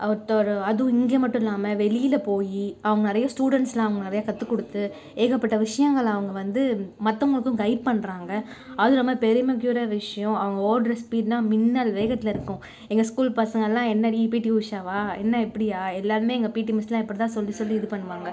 ஒருத்தவர் அதுவும் இங்கே மட்டும் இல்லாமல் வெளியில் போய் அவங்க நிறைய ஸ்டூடண்ட்ஸ்லாம் அவங்க நிறைய கற்றுக் கொடுத்து ஏகப்பட்ட விஷயங்கள் அவங்க வந்து மத்தவங்களுக்கும் கைட் பண்ணறாங்க அது ரொம்ப பெருமைக்குரிய விஷயம் அவங்க ஓடற ஸ்பீட்னா மின்னல் வேகத்தில் இருக்கும் எங்கள் ஸ்கூல் பசங்களெலாம் என்னடி பி டி உஷாவா என்ன இப்படியா எல்லாருமே எங்கள் பி டி மிஸ்ஸெலாம் இப்படி தான் சொல்லி சொல்லி இது பண்ணுவாங்க